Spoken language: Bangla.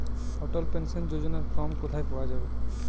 অটল পেনশন যোজনার ফর্ম কোথায় পাওয়া যাবে?